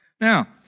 Now